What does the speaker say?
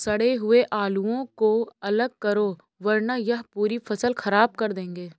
सड़े हुए आलुओं को अलग करो वरना यह पूरी फसल खराब कर देंगे